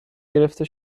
گرفته